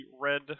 red